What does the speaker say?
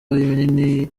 minini